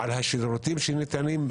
על השירותים שניתנים,